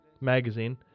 magazine